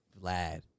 vlad